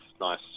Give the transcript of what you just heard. nice